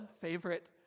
favorite